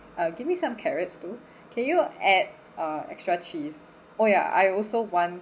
uh give me some carrots too can you add uh extra cheese oh ya I also want